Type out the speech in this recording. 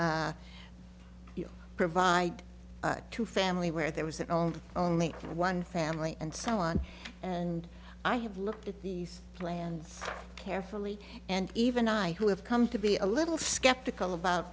you provide two family where there was an only one family and so on and i have looked at these plans carefully and even i who have come to be a little skeptical about